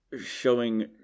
showing